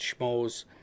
Schmoes